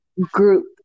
group